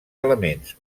elements